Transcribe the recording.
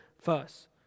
first